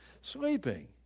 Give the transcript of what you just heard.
sleeping